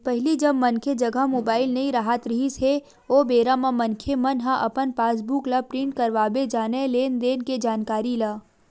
पहिली जब मनखे जघा मुबाइल नइ राहत रिहिस हे ओ बेरा म मनखे मन ह अपन पास बुक ल प्रिंट करवाबे जानय लेन देन के जानकारी ला